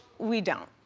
we don't.